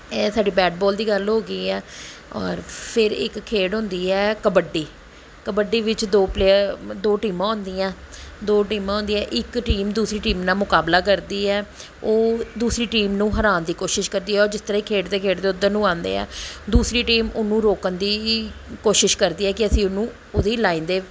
ਇਹ ਸਾਡੀ bat ball ਦੀ ਗੱਲ ਹੋ ਗਈ ਆ ਔਰ ਫਿਰ ਇੱਕ ਖੇਡ ਹੁੰਦੀ ਹੈ ਕਬੱਡੀ ਕਬੱਡੀ ਵਿੱਚ ਦੋ ਪਲੇਅਰ ਦੋ ਟੀਮਾਂ ਹੁੰਦੀਆਂ ਦੋ ਟੀਮਾਂ ਹੁੰਦੀਆਂ ਇੱਕ ਟੀਮ ਦੂਸਰੀ ਟੀਮ ਨਾਲ ਮੁਕਾਬਲਾ ਕਰਦੀ ਹੈ ਉਹ ਦੂਸਰੀ ਟੀਮ ਨੂੰ ਹਰਾਨ ਦੀ ਕੋਸ਼ਿਸ਼ ਕਰਦੀ ਹੈ ਜਿਸ ਤਰ੍ਹਾਂ ਹੀ ਖੇਡਦੇ ਖੇਡਦੇ ਉੱਧਰ ਨੂੰ ਆਉਂਦੇ ਆ ਦੂਸਰੀ ਟੀਮ ਉਹਨੂੰ ਰੋਕਣ ਦੀ ਕੋਸ਼ਿਸ਼ ਕਰਦੀ ਹੈ ਕਿ ਅਸੀਂ ਉਹਨੂੰ ਉਹਦੀ ਲਾਈਨ ਦੇ